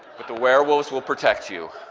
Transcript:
but the werewolves will protect you.